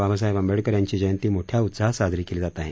बाबासाहेब आंबेडकर यांची जयंती मोठ्या उत्साहात साजरी केली जात आहे